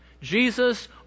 Jesus